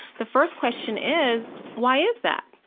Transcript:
the first question is why is that?